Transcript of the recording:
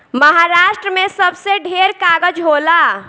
महारास्ट्र मे सबसे ढेर कागज़ होला